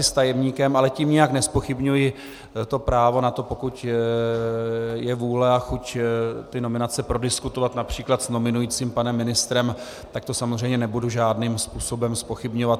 Ale tím nijak nezpochybňuji právo na to, pokud je vůle a chuť, ty nominace prodiskutovat například s nominujícím panem ministrem, tak to samozřejmě nebudu žádným způsobem zpochybňovat.